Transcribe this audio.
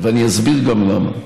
ואסביר גם למה.